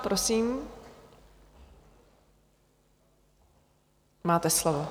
Prosím, máte slovo.